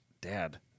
Dad